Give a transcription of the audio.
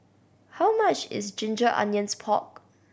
how much is ginger onions pork